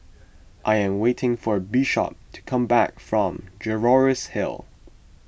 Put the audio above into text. I am waiting for Bishop to come back from Jervois Hill